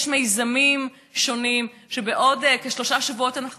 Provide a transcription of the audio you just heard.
יש מיזמים שונים שבעוד כשלושה שבועות אנחנו